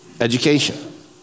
education